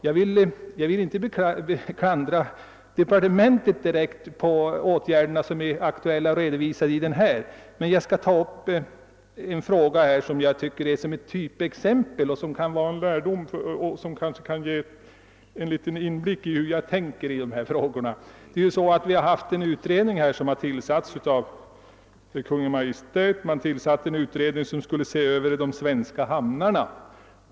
Jag vill inte direkt klandra departementet för de åtgärder som är redovisade i svaret, men jag vill ta upp en fråga som jag anser vara ett typexempel och som kanske kan ge en liten inblick i hur jag tänker i dessa frågor. Vi har haft en utredning som tillsatts av Kungl. Maj:t och som skall se över de svenska hamnarna.